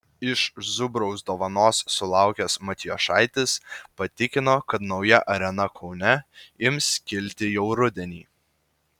iš zubraus dovanos sulaukęs matijošaitis patikino kad nauja arena kaune ims kilti jau rudenį